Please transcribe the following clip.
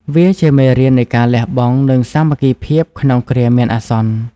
វាជាមេរៀននៃការលះបង់ និងសាមគ្គីភាពក្នុងគ្រាមានអាសន្ន។